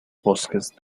bosques